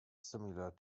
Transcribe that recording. similar